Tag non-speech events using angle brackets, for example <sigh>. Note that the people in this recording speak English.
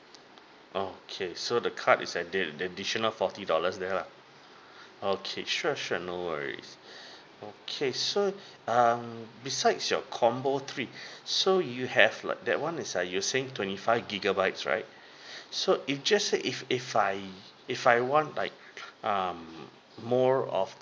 okay so the card is addi~ additional forty dollars there lah <breath> okay sure sure no worries okay so um besides your combo three so you have like that one is uh you saying twenty five gigabytes right <breath> so if just say if if I if I want like um more of